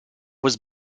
was